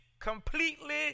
completely